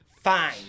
fine